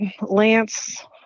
Lance